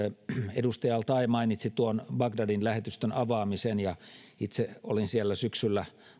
edustaja al taee mainitsi bagdadin lähetystön avaamisen itse olin siellä syksyllä